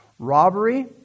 Robbery